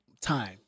time